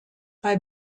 bei